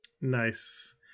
Nice